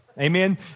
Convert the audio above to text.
Amen